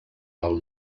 del